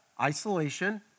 isolation